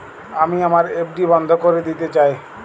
আমি আমার এফ.ডি বন্ধ করে দিতে চাই